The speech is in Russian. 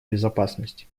безопасности